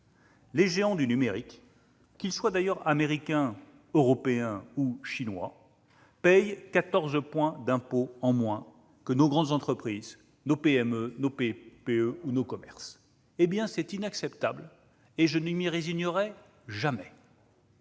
les géants du numérique, qu'ils soient américains, européens ou chinois, paient quatorze points d'impôt en moins que nos grandes entreprises, nos PME, nos TPE ou nos commerces. Ce n'est pas normal ! C'est inacceptable et je ne m'y résignerai jamais.